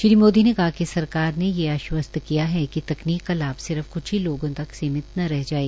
श्री मोदी ने कहा कि सरकार ने यह अश्वस्त किया है कि तकनीक का लाभ सिर्फ कृछ ही लोगों तक सीमित न रह जाए